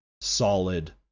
solid